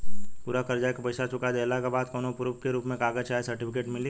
पूरा कर्जा के पईसा चुका देहला के बाद कौनो प्रूफ के रूप में कागज चाहे सर्टिफिकेट मिली?